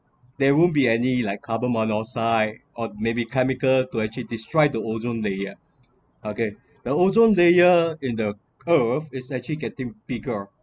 there won’t be any like carbon monoxide or maybe chemicals to actually destroy the ozone layer okay the ozone layer in the earth is actually getting bigger